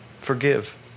forgive